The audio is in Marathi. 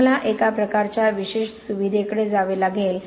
तुम्हाला एका प्रकारच्या विशेष सुविधेकडे जावे लागेल